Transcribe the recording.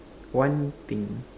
one thing